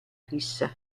fissa